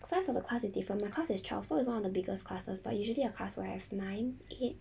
size of a class is different mah mine class is twelve so it's one of the biggest classes but usually a class will have nine eight